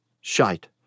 Shite